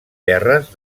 terres